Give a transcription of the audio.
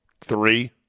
Three